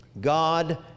God